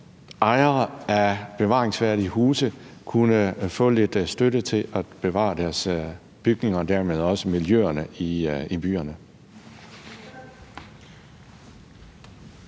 ejere af bevaringsværdige huse kunne få lidt støtte til at bevare deres bygninger og dermed også miljøerne i byerne.